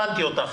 הבנתי אותך.